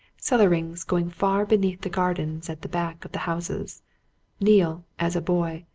cellarings going far beneath the gardens at the backs of the houses neale, as a boy,